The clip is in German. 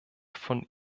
von